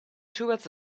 towards